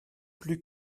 plus